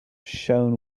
shone